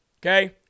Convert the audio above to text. Okay